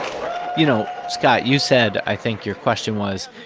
you know, scott, you said i think your question was,